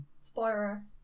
Spoiler